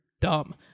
dumb